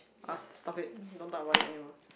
stop it don't talk about it anymore